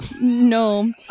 No